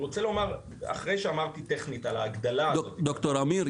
ד"ר עמיר,